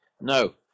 no